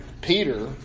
Peter